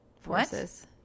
forces